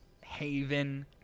Haven